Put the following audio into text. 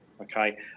Okay